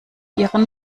ihren